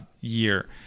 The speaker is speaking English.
year